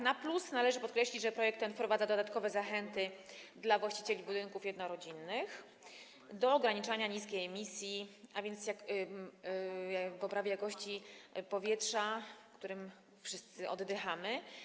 Na plus należy ocenić, że projekt ten wprowadza dodatkowe zachęty dla właścicieli budynków jednorodzinnych do ograniczania niskiej emisji, a więc do poprawiania jakości powietrza, którym wszyscy oddychamy.